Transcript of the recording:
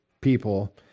people